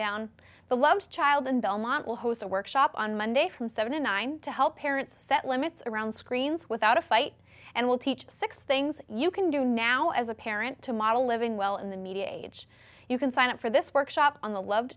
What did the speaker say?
down the love child in belmont will host a workshop on monday from seven to nine to help parents set limits around screens without a fight and will teach six things you can do now as a parent to model living well in the media age you can sign up for this workshop on the loved